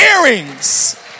earrings